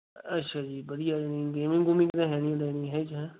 ਅੱਛਾ ਜੀ ਵਧੀਆ ਜਣੀ ਗੇਮਿੰਗ ਗੂਮਿੰਗ ਹੈਂ